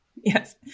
Yes